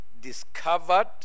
discovered